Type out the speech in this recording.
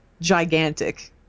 gigantic